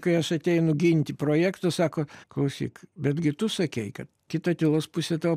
kai aš ateinu ginti projektų sako klausyk betgi tu sakei kad kita tylos pusė tavo